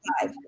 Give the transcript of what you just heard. five